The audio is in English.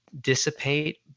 dissipate